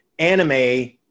anime